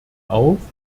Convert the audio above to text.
auf